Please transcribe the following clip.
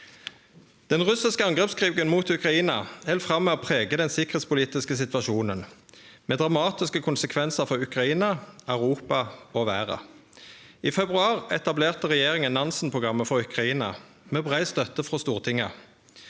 Den russiske angrepskrigen mot Ukraina held fram med å prege den sikkerheitspolitiske situasjonen – med dramatiske konsekvensar for Ukraina, Europa og verda. I februar etablerte regjeringa Nansen-programmet for Ukraina, med brei støtte frå Stortinget.